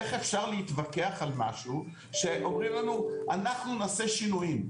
איך אפשר להתווכח על משהו שאומרים לנו: אנחנו נעשה שינויים.